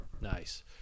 Nice